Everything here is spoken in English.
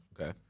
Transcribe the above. Okay